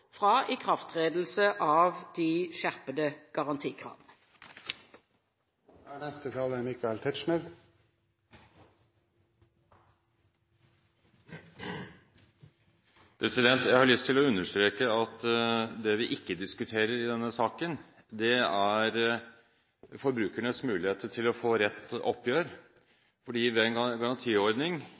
fra ulike aktører på feltet, skulle foreligge en ny vurdering innen fem år fra ikrafttredelsen av de skjerpede garantikravene. Jeg har lyst å understreke at det vi ikke diskuterer i denne saken, er forbrukernes muligheter til å få rett oppgjør.